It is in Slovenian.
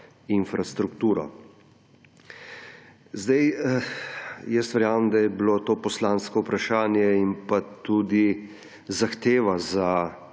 infrastrukturo. Verjamem, da je bilo to poslansko vprašanje in tudi zahteva za